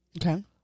Okay